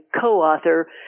co-author